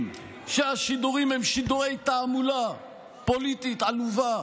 שהשידורים הם שידורי תעמולה פוליטית עלובה,